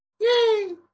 Yay